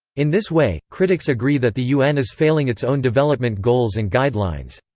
in this way, critics agree that the un is failing its own development goals and guidelines.